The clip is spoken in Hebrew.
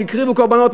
והקריבו קורבנות,